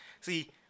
See